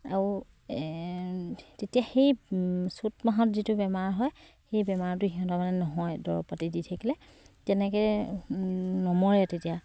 আৰু তেতিয়া সেই চ'ত মাহত যিটো বেমাৰ হয় সেই বেমাৰটো সিহঁতৰ মানে নহয় দৰব পাতি দি থাকিলে তেনেকে নমৰে তেতিয়া